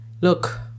look